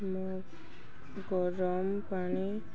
ମୁଁ ଗରମ ପାଣି